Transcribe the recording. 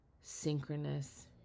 synchronous